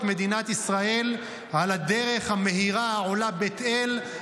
מדינת ישראל על הדרך המהירה העולה בית אל,